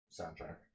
soundtrack